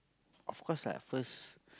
of course lah first